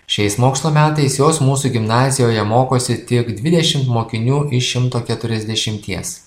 šiais mokslo metais jos mūsų gimnazijoje mokosi tik dvidešimt mokinių iš šimto keturiasdešimties